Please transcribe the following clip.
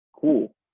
cool